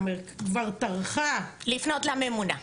כבר טרחה --- לפנות לממונה.